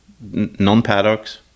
non-paddocks